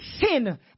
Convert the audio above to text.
sin